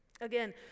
Again